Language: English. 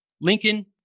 Lincoln